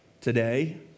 Today